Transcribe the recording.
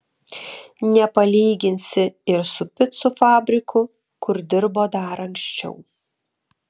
nepalyginsi ir su picų fabriku kur dirbo dar anksčiau